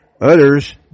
others